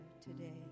today